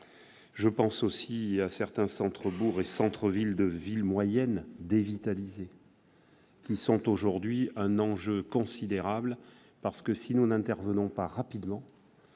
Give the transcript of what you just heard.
Je pense aussi à certains centres-bourgs et à certains centres de villes moyennes dévitalisés, qui sont aujourd'hui un enjeu considérable parce que si nous n'intervenons pas rapidement,